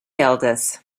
elders